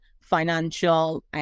financial